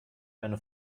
eine